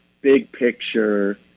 big-picture